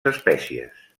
espècies